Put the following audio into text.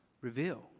reveal